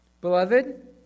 Beloved